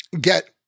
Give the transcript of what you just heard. get